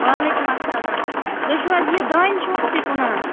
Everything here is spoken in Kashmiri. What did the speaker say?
وعلیکُم السلام تُہۍ چھُو حظ یہِ دانہِ چھُو حظ تُہۍ کٕنان